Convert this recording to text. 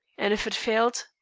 and if it failed,